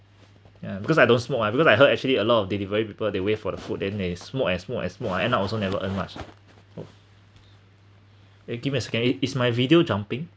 ya because I don't smoke uh because I heard actually a lot of delivery people they wait for the food and they smoke and smoke and smoke at end ah also never earn much oh eh give a me second is is my video jumping